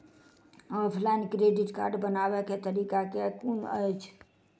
Offline credit card बनाबै केँ तरीका केँ कुन अछि?